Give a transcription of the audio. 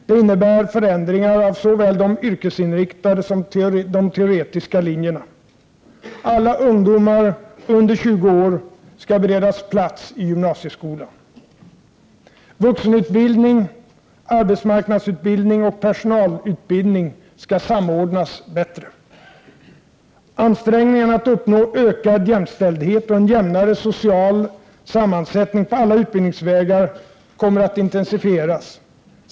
Det innebär förändringar av såväl de yrkesinriktade som de teoretiska linjerna. Alla ungdomar under 20 år skall beredas plats i gymnasieskolan. Vuxenutbildning, arbetsmarknadsutbildning och personalutbildning skall samordnas bättre. Ansträngningarna att uppnå ökad jämställdhet och en jämnare social sammansättning på alla utbildningsvägar kommer att intensifieras.